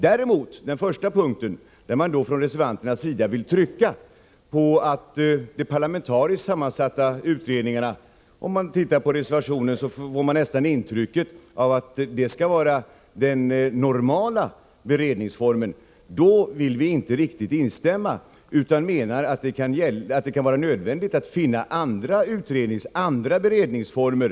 Den andra delen, där reservanterna vill trycka på att de parlamentariskt sammansatta utredningarna nästan skall vara den normala beredningsformen, vill vi emellertid inte riktigt instämma i. Vi anser att det kan vara nödvändigt att finna andra beredningsformer.